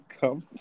come